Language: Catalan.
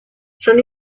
són